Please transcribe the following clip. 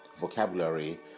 vocabulary